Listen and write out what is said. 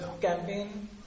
campaign